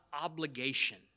obligation